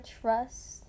trust